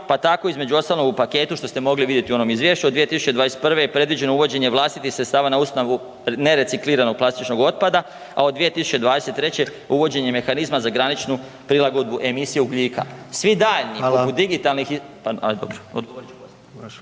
pa tako između ostalog u paketu, što ste mogli vidjeti u onom izvješću, od 2021. je predviđeno uvođenje vlastitih sredstava na osnovu nerecikliranog plastičnog otpada, a od 2023. uvođenje mehanizma za graničnu prilagodbu emisije ugljika. Svi daljnji …/Upadica: Hvala/…poput digitalnih, ajde dobro odgovorit ću poslije.